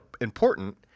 important